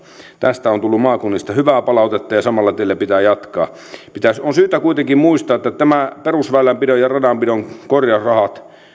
tästä on tullut maakunnista hyvää palautetta ja samalla tiellä pitää jatkaa on syytä kuitenkin muistaa että perusväylänpidon ja radanpidon korjausraha